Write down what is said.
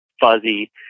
fuzzy